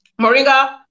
Moringa